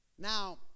Now